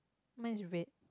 mine is red